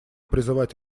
призывать